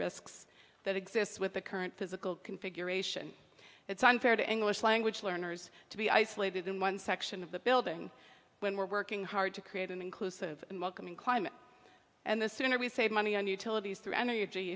risks that exists with the current physical configuration it's unfair to english language learners to be isolated in one section of the building when we're working hard to create an inclusive and welcoming climate and the sooner we save money on utilities through energy